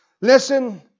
listen